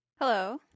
Hello